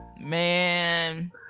Man